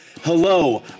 Hello